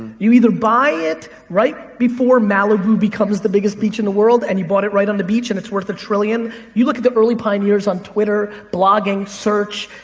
you either buy it right before malibu becomes the biggest beach in the world and you bought it right on the beach and it's worth a trillion. you look at the early pioneers on twitter, blogging, search.